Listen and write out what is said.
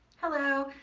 hello,